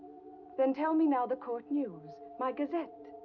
then tell me now the court news. my gazette!